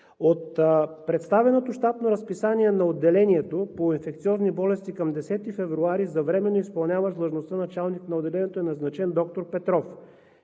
От представеното щатно разписание на отделението по инфекциозни болести към 10 февруари за временно изпълняващ длъжността „началник на отделението“ е назначен доктор Петров